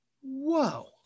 Whoa